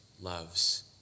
loves